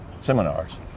seminars